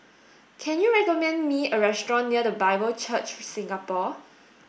can you recommend me a restaurant near The Bible Church Singapore